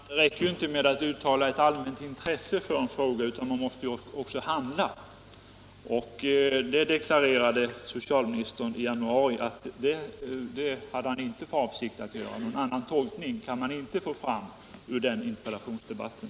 Herr talman! Det räcker inte med att uttala ett allmänt intresse för en fråga. Man måste också handla. Socialministern deklarerade i januari att han inte hade för avsikt att ta något initiativ i frågan. Någon annan tolkning kan man inte få fram ur den interpellationsdebatten.